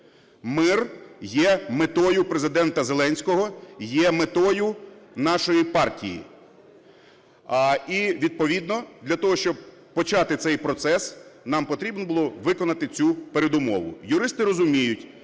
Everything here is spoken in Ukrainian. Мир є метою Президента Зеленського, є метою нашої партії. І відповідно для того, щоб почати цей процес, нам потрібно виконати цю передумову.